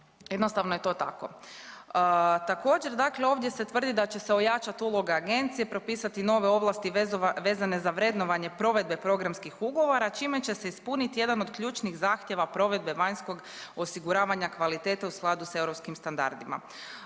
Jednostavno je to tako. Također dakle, ovdje se tvrdi da će se ojačati uloga agencije, propisati nove ovlasti vezane za vrednovanje provedbe programskih u govora čime će se ispuniti jedan od ključnih zahtjeva provedbe vanjskog osiguravanja kvalitete u skladu sa europskim standardima.